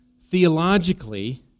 theologically